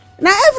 Now